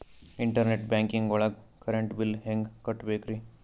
Internet banking ಒಳಗ್ current bill ಹೆಂಗ್ ಕಟ್ಟ್ ಬೇಕ್ರಿ?